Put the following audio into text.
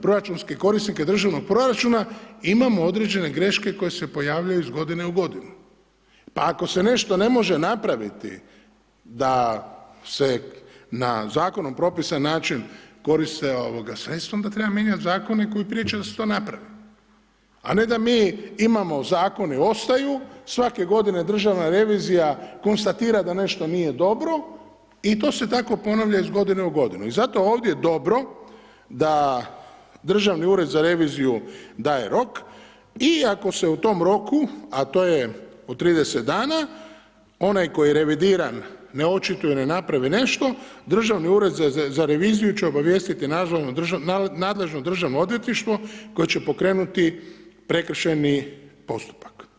proračunske korisnike državnog proračuna imamo određene greške koje se pojavljuju iz godine u godinu, pa ako se nešto ne može napraviti da se na Zakonom propisani način koriste, ovoga, sredstva, onda treba mijenjati Zakon i koji priča da se to napravi, a ne da mi imamo Zakoni ostaju, svake godine Državna revizija konstatira da nešto nije dobro i to se tako ponavlja iz godine u godinu i zato je ovdje dobro da Državni ured za reviziju daje rok i ako se u tome roku, a to je u 30 dana, onaj koji je revidiran, ne očituje, ne napravi nešto, Državni ured za reviziju će obavijestiti nadležno Državno odvjetništvo koje će pokrenuti prekršajni postupak.